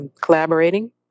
collaborating